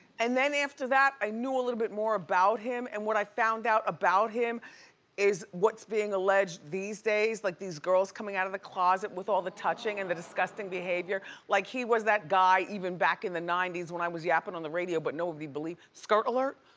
and then after that, i knew a little bit more about him and what i found out about him is what's being alleged these days. like these girls coming out of the closet with all the touching and the disgusting behavior. like he was that guy even back in the ninety s when i was yappin' on the radio, but nobody believed, skirt alert.